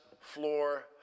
floor